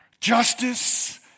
Justice